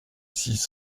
six